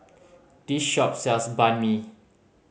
this shop sells Banh Mi